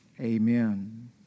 Amen